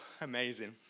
amazing